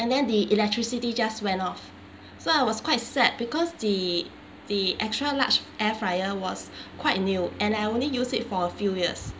and then the electricity just went off so I was quite sad because the the extra large air fryer was quite new and I only use it for a few years